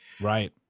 Right